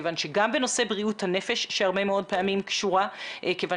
כיוון שגם בנושא בריאות הנפש שהרבה מאוד פעמים קשורה כיוון